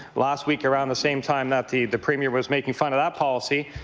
last week around the same time that the the premier was making fun of that policy,